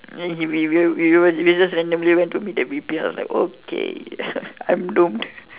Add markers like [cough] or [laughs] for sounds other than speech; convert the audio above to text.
and he we will we will just randomly went to meet the V_P and I was like okay [laughs] I'm doomed